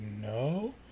no